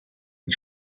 die